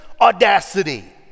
audacity